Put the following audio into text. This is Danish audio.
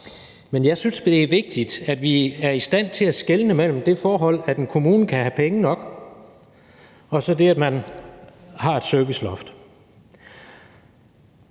men jeg synes, det er vigtigt, at vi er i stand til at skelne mellem det forhold, at en kommune kan have penge nok, og så det, at man har et serviceloft.